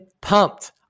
pumped